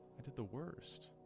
the worst